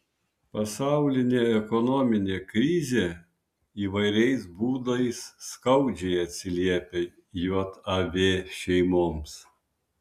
pasaulinė ekonominė krizė įvairiais būdais skaudžiai atsiliepia jav šeimoms